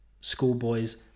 schoolboys